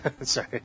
sorry